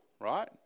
right